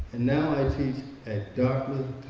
now i teach at dartmouth